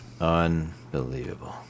unbelievable